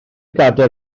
gadair